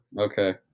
Okay